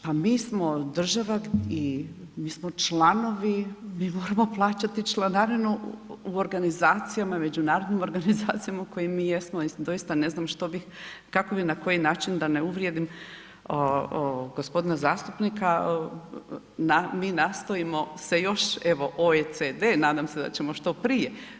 Pa mi smo država i mi smo članovi, mi moramo plaćati članarinu u organizacijama, međunarodnim organizacijama u kojima mi jesmo, mislim doista ne znam što bih, kako bi na koji način da ne uvrijedim gospodina zastupnika, mi nastojimo se još evo OECD-e, nadam se da ćemo što prije.